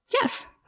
Yes